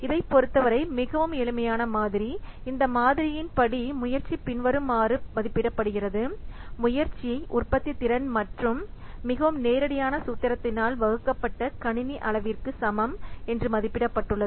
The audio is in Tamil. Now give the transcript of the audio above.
இதைப் பொறுத்தவரை மிகவும் எளிமையான மாதிரி இந்த மாதிரியின் படி முயற்சி பின்வருமாறு மதிப்பிடப்படுகிறது முயற்சி உற்பத்தி திறன் மற்றும் மிகவும் நேரடியான சூத்திரத்தால் வகுக்கப்பட்ட கணினி அளவிற்கு சமம் என்று மதிப்பிடப்பட்டுள்ளது